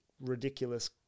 ridiculous